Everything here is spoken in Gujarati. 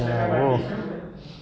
એ હાલો